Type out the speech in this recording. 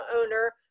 owner